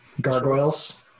gargoyles